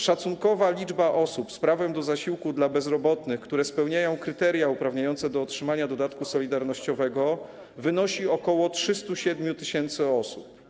Szacunkowa liczba osób z prawem do zasiłku dla bezrobotnych, które spełniają kryteria uprawniające do otrzymania dodatku solidarnościowego, wynosi ok. 307 tys. osób.